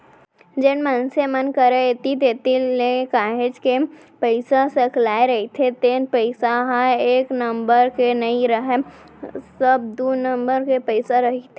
जेन मनसे मन करा ऐती तेती ले काहेच के पइसा सकलाय रहिथे तेन पइसा ह एक नंबर के नइ राहय सब दू नंबर के पइसा रहिथे